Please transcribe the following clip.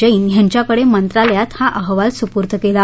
जैन यांच्याकडे मंत्रालयात हा अहवाल सुपूर्द केला